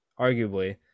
Arguably